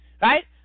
right